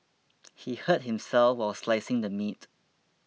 he hurt himself while slicing the meat